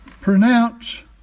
Pronounce